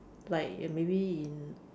like maybe in